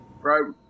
right